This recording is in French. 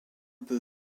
peut